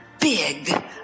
big